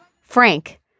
Frank